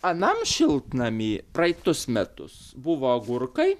anam šiltnamy praeitus metus buvo agurkai